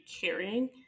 caring